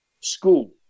school